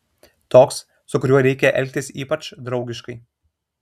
toks su kuriuo reikia elgtis ypač draugiškai